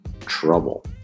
trouble